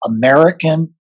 American